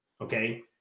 okay